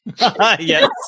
Yes